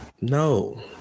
No